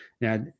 Now